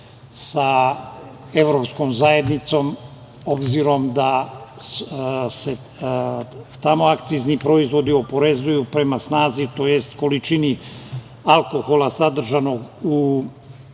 sa Evropskom zajednicom, obzirom da se tamo akcizni proizvodi oporezuju prema snazi, tj. količini alkohola sadržanog u